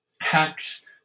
Hacks